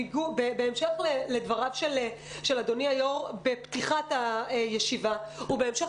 המשך לדבריו של אדוני היו"ר בפתיחת הישיבה ובהמשך